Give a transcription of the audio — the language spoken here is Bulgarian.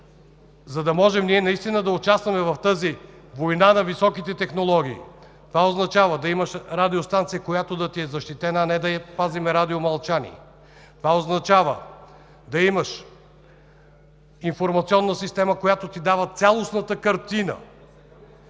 за да можем ние наистина да участваме във войната на високите технологии; това означава да имаш радиостанция, която да е защитена, а не да пазим радиомълчание; това означава да имаш информационна система, която ти дава цялостната картина…